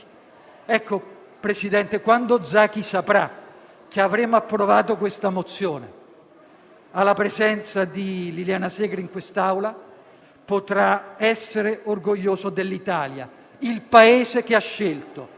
Signor Presidente, quando Zaki saprà che avremo approvato questa mozione, alla presenza di Liliana Segre in quest'Aula, potrà essere orgoglioso dell'Italia, il Paese che ha scelto,